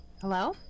Hello